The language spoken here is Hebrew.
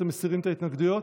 אתם מסירים את ההתנגדויות?